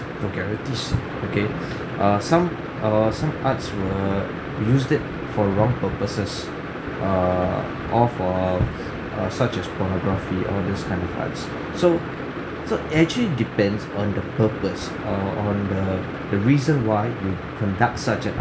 vulgarities okay uh some err some arts were used it for wrong purposes err or for uh such as pornography all this kind of arts so so it actually depends on the purpose or on the the reason why you conduct such a